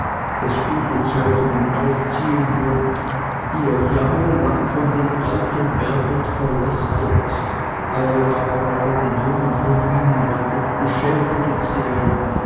das gute zeugen und auferziehen wollt ihr jahre lang von den alten werdet verlästert eure arbeit an den jungen von ihnen werdet geschädiget sehen